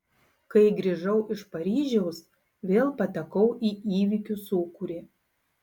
kai grįžau iš paryžiaus vėl patekau į įvykių sūkurį